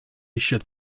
should